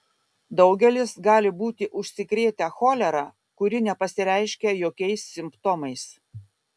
daugelis gali būti užsikrėtę cholera kuri nepasireiškia jokiais simptomais